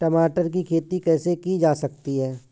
टमाटर की खेती कैसे की जा सकती है?